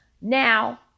Now